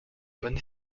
bonne